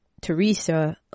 Teresa